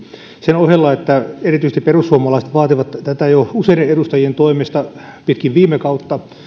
sen ohella että erityisesti perussuomalaiset vaativat tätä jo useiden edustajien toimesta pitkin viime kautta